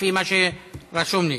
לפי מה שרשום לי.